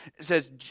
says